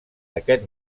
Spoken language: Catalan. aquest